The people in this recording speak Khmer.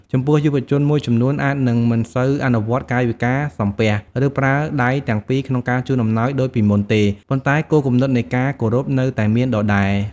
ចំពោះ យុវជនមួយចំនួនអាចនឹងមិនសូវអនុវត្តន៍កាយវិការសំពះ ឬប្រើដៃទាំងពីរក្នុងការជូនអំណោយដូចពីមុនទេ ប៉ុន្តែគោលគំនិតនៃការគោរពនៅតែមានដដែល។